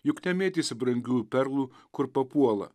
juk ten mėtėsi brangių perlų kur papuola